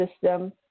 system